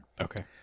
Okay